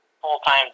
full-time